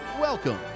welcome